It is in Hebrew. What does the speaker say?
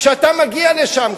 כשאתה מגיע לשם,